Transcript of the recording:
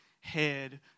head